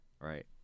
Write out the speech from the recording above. right